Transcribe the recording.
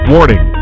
Warning